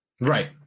Right